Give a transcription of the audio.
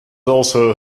also